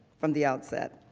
from the outset.